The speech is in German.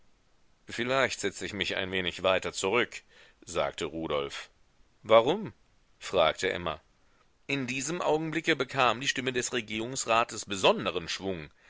vielleicht setze ich mich ein wenig weiter zurück sagte rudolf warum fragte emma in diesem augenblicke bekam die stimme des regierungsrates besonderen schwung